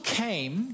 came